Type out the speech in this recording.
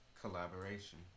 collaboration